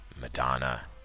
madonna